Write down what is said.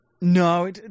No